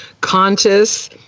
conscious